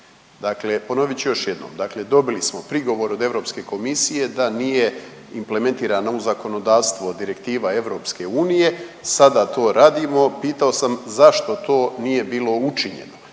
Dakle, ponovit ću još jednom. Dakle, dobili smo prigovor od Europske komisije da nije implementirana u zakonodavstvo direktiva EU, sada to radimo. Pitao sam zašto to nije bilo učinjeno,